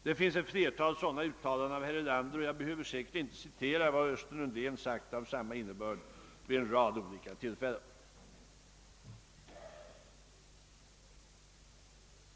Det finns ett flertal sådana uttalanden av herr Erlander, och jag behöver säkert inte citera vad Östen Undén sagt av samma innebörd vid en rad olika tillfällen.